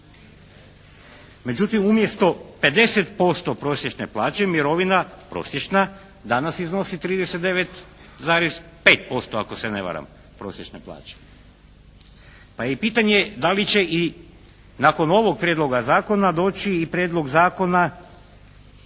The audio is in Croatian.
Međutim umjesto 50% prosječne plaće, mirovina prosječna danas iznosi 39,5% ako se ne varam, prosječne plaće. Pa je i pitanje da li će i nakon ovog prijedloga zakona doći i prijedlog zakona